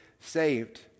saved